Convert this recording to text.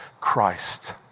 Christ